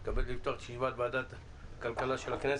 אני מתכבד לפתוח את ישיבת ועדת הכלכלה של הכנסת,